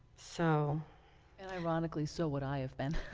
so and ironically so what i have been